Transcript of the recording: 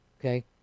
okay